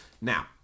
Now